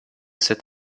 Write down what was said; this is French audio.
cet